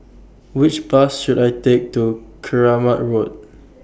Which Bus should I Take to Keramat Road